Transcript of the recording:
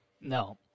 No